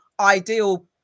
ideal